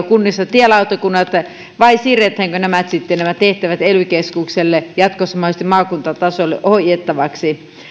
kunnissa tielautakunnat vai siirretäänkö sitten nämä tehtävät ely keskukselle jatkossa mahdollisesti maakuntatasolle ohjattavaksi